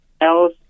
else